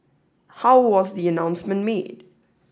how was the announcement made